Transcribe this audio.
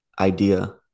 idea